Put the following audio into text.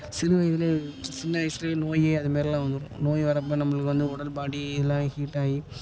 சிறு வயதுலேயே சின்ன வயசுலேயே நோய் அது மாதிரில்லாம் வந்துடும் நோய் வர்றப்போ நம்மளுக்கு வந்து உடல் பாடி இதுல்லாம் ஹீட் ஆகி